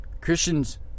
Christians